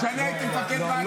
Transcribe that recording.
כשאני הייתי מפקד בה"ד 1 --- לא,